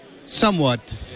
Somewhat